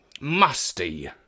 musty